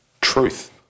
Truth